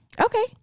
Okay